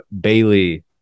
Bailey